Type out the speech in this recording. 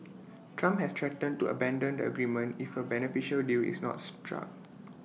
Trump has threatened to abandon the agreement if A beneficial deal is not struck